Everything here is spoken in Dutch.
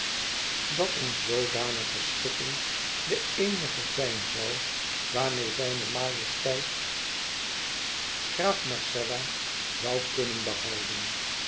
dat eene zoodanige schikking de eenige zijn zoû waarmeê zijne majesteit graaf marcella zoû kunnen behouden